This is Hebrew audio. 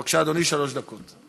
בבקשה, אדוני, שלוש דקות.